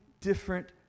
different